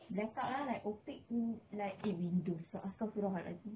blackout lah like opaque me~ like eh windows pula astaghfirullahhalazim